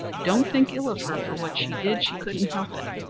don't think ill of her for what she did, she couldn't help it.